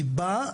היא באה